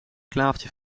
klavertje